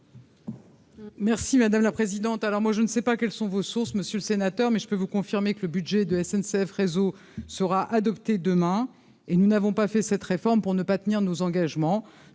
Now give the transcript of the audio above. Merci madame la présidente, alors moi je ne sais pas, quelles sont vos sources, monsieur le sénateur, mais je peux vous confirmer que le budget de la SNCF, réseau sera adopté demain et nous n'avons pas fait cette réforme pour ne pas tenir nos engagements